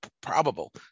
probable